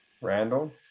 Randall